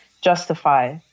justify